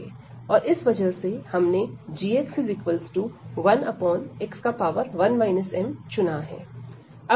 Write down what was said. और इस वजह से हमने gx1x1 m चुना है